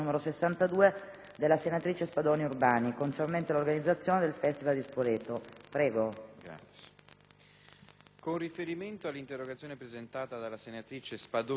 Grazie